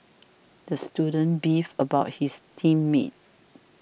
the student beefed about his team mates